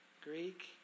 Greek